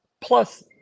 Plus